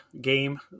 game